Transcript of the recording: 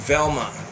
Velma